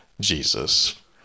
Jesus